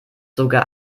sogar